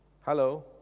Hello